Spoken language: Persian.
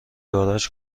گاراژ